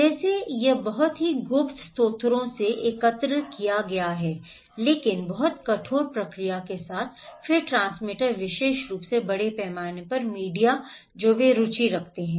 जैसे यह बहुत ही गुप्त स्रोतों से एकत्र किया गया था लेकिन बहुत कठोर प्रक्रिया के साथ फिर ट्रांसमीटर विशेष रूप से बड़े पैमाने पर मीडिया जो वे रुचि रखते हैं